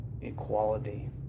equality